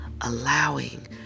allowing